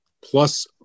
Plus